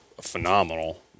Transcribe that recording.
phenomenal